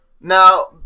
Now